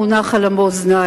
מונח על המאזניים.